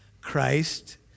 Christ